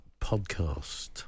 podcast